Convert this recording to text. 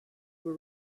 were